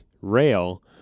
rail